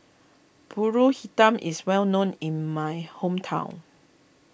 Pulut Hitam is well known in my hometown